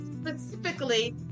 specifically